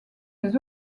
des